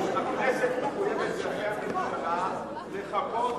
הכנסת מחויבת כלפי הממשלה לפחות,